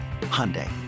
Hyundai